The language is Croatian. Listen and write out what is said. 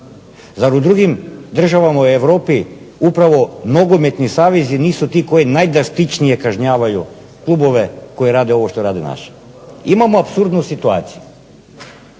Zar u drugim državama u Europi upravo nogometni savezi nisu ti koji najdrastičnije kažnjavaju klubove koji rade ovo što rade naši. Imamo apsurdnu situaciju.